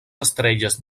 estrelles